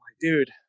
Dude